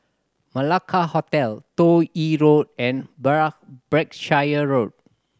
Malacca Hotel Toh Yi Road and Break Berkshire Road